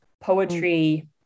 poetry